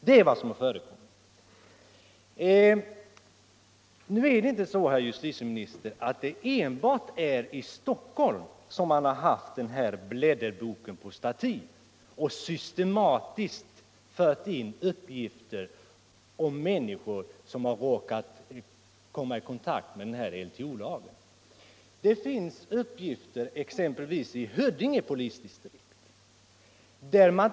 Det är vad som har förekommit! Det är, herr justitieminister, inte enbart i Stockholm som man har haft den nämnda blädderboken på stativ, där man systematiskt fört in uppgifter om miänniskor som har råkat komma i kontakt med den här lagen. Det finns uppgifter om att man exempelvis i Huddinge polisdistrikt 1.